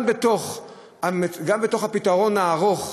גם בתוך הפתרון הארוך-טווח,